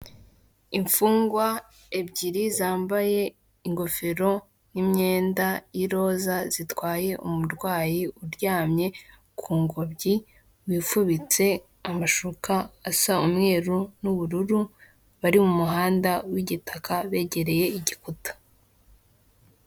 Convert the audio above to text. Imfungwa ebyiri zambaye ingofero n'imyenda y'iroza, zitwaye umurwayi uryamye ku ngobyi, wifubitse amashuka asa umweru n'ubururu, bari mu muhanda w'igitaka begereye igikuta.